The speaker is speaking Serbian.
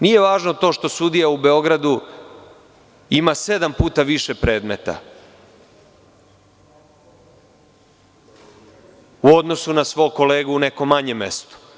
Nije važno to što sudija u Beogradu ima sedam puta više predmeta u odnosu na svog kolegu u nekom manjem mestu.